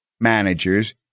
managers